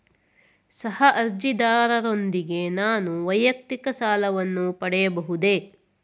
ಸಹ ಅರ್ಜಿದಾರರೊಂದಿಗೆ ನಾನು ವೈಯಕ್ತಿಕ ಸಾಲವನ್ನು ಪಡೆಯಬಹುದೇ?